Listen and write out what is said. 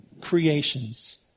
creations